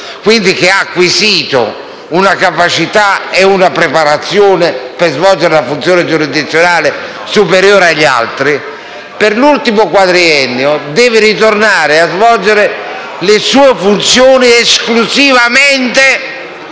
quindi avrà acquisito una capacità e una preparazione per svolgere la funzione giurisdizionale superiore agli altri, per l'ultimo quadriennio dovrà ritornare a svolgere le sue funzioni esclusivamente